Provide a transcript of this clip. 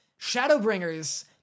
Shadowbringers